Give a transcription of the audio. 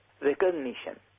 recognition